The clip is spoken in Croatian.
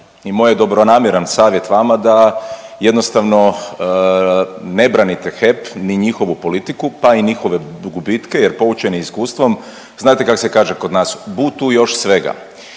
I moj je dobronamjeran savjet vama da jednostavno ne branite HEP ni njihovu politiku, pa i njihove gubitke jer poučeni iskustvom znate kak' se kaže kod nas „bu tu još svega“.